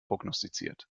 prognostiziert